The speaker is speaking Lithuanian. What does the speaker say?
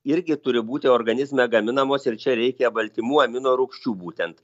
irgi turi būti organizme gaminamos ir čia reikia baltymų amino rūgščių būtent